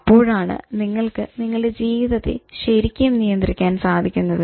അപ്പോഴാണ് നിങ്ങൾക്ക് നിങ്ങളുടെ ജീവിതത്തെ ശരിക്കും നിയന്ത്രിക്കാൻ സാധിക്കുന്നത്